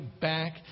back